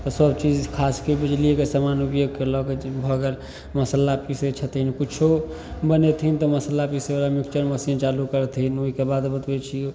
तऽ सबचीज खासके बिजलीके समान उपयोग कएलक भऽ गेल मसल्ला पिसै छथिन किछु बनेथिन तऽ मसल्ला पिसैवला मिक्सर मशीन चालू करथिन ओहिकेबाद बतबै छी